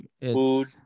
Food